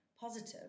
positive